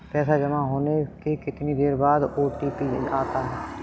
पैसा जमा होने के कितनी देर बाद ओ.टी.पी आता है?